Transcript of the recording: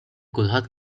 kulħadd